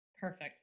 Perfect